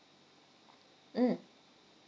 mm